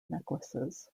necklaces